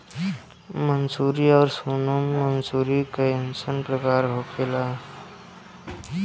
मंसूरी और सोनम मंसूरी कैसन प्रकार होखे ला?